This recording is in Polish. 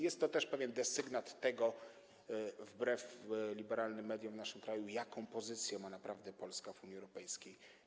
Jest to też pewien desygnat tego, wbrew liberalnym mediom w naszym kraju, jaką pozycję ma naprawdę Polska w Unii Europejskiej.